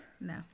No